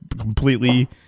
completely